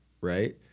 right